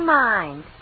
mind